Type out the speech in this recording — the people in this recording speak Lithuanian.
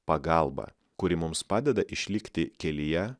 pagalbą kuri mums padeda išlikti kelyje